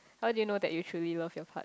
how do you know that you truly love your partner